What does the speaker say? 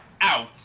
out